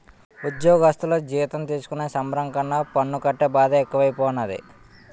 ఉజ్జోగస్థులు జీతం తీసుకునే సంబరం కన్నా పన్ను కట్టే బాదే ఎక్కువైపోనాది